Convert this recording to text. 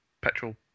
petrol